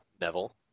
Neville